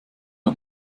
hat